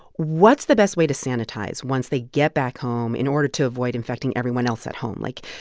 what's the best way to sanitize once they get back home in order to avoid infecting everyone else at home? like,